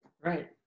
Right